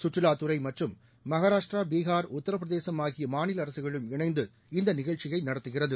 சுற்றுலாத்துறை மற்றும் மகாராஷ்டிரா பீகார் உத்தரபிரதேசம் ஆகிய மாநில அரசுகளும் இணைந்து இந்த நிகழ்ச்சியை நடத்துக்கிறது